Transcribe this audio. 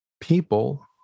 people